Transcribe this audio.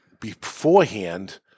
beforehand